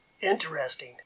interesting